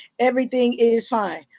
everything is fine.